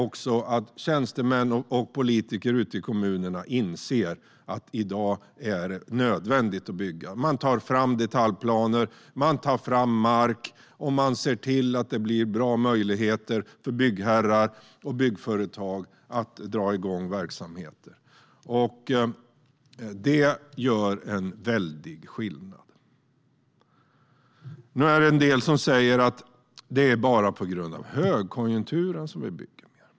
Tjänstemän och politiker ute i kommunerna inser också att det i dag är nödvändigt att bygga. De tar fram detaljplaner och mark och ser till att det blir bra möjligheter för byggherrar och byggföretag att dra igång verksamheter. Det gör en väldig skillnad. Nu är det en del som säger att det bara är på grund av högkonjunkturen som vi bygger mer.